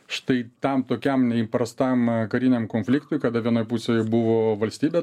štai tam tokiam neįprastam kariniam konfliktui kada vienoj pusėj buvo valstybė